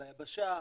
על היבשה,